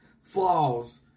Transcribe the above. flaws